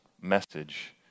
message